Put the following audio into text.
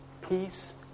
peace